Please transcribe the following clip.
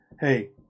hey